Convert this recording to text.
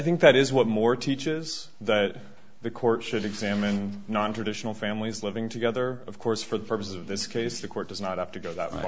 think that is what more teaches that the court should examine nontraditional families living together of course for the purposes of this case the court does not have to go that